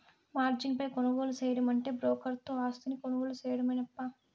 margin పై కొనుగోలు సేయడమంటే బ్రోకర్ తో ఆస్తిని కొనుగోలు సేయడమేనప్పా